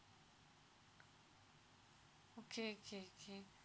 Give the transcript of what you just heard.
okay okay okay